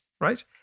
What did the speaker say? right